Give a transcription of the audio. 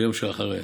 ביום שאחרי.